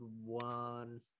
one